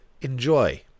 Enjoy